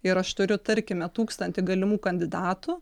ir aš turiu tarkime tūkstantį galimų kandidatų